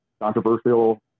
controversial